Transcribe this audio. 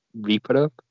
re-put-up